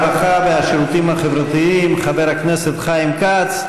הרווחה והשירותים החברתיים חבר הכנסת חיים כץ.